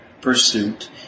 pursuit